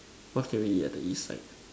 what can we eat at the east side